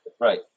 Right